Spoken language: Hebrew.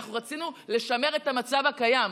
אנחנו רצינו לשמר את המצב הקיים.